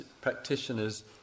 practitioners